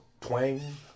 twang